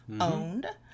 Owned